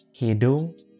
Hidung